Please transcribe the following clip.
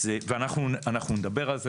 אנחנו נדבר על זה,